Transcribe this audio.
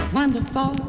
Wonderful